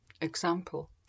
Example